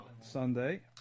Sunday